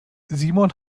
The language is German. simon